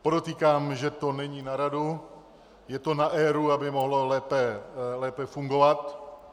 Podotýkám, že to není na radu, je to na ERÚ, aby mohl lépe fungovat.